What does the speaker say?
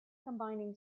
combining